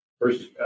First